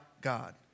God